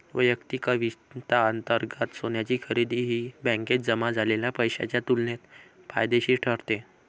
वैयक्तिक वित्तांतर्गत सोन्याची खरेदी ही बँकेत जमा झालेल्या पैशाच्या तुलनेत फायदेशीर ठरते